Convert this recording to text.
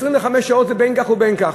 25 שעות זה בין כך ובין כך.